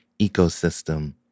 ecosystem